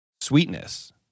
sweetness